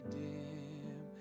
dim